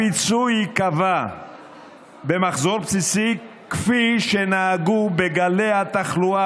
הפיצוי ייקבע במחזור בסיסי כפי שנהגו בגלי התחלואה